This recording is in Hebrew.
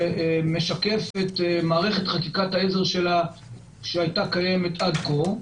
שמשקף את מערכת חקיקת העזר שהייתה קיימת עד כה.